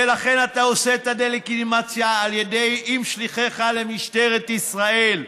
ולכן אתה עושה את הדה-לגיטימציה עם שליחך למשטרת ישראל.